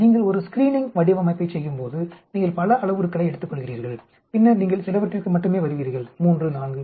நீங்கள் ஒரு ஸ்கிரீனிங் வடிவமைப்பைச் செய்யும்போது நீங்கள் பல அளவுருக்களை எடுத்துக்கொள்கிறீர்கள் பின்னர் நீங்கள் சிலவற்றிற்கு மட்டுமே வருவீர்கள் 3 4